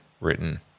written